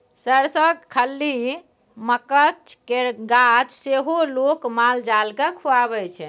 सरिसोक खल्ली, मकझ केर गाछ सेहो लोक माल जाल केँ खुआबै छै